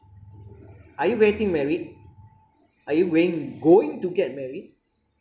are you getting married are you going going to get married